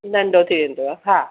नंढो थी वेंदो आहे हा